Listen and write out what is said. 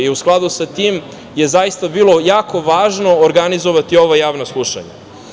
U skladu sa tim je zaista bilo jako važno organizovati ova javna slušanja.